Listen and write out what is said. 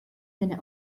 seine